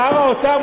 שר האוצר,